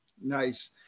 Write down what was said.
Nice